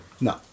No